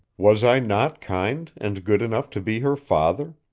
was i not kind and good enough to be her father,